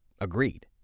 agreed